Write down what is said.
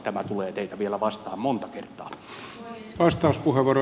tämä tulee teitä vielä vastaan monta kertaa